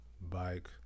bike